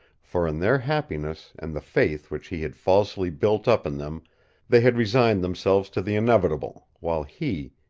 for in their happiness and the faith which he had falsely built up in them they had resigned themselves to the inevitable, while he,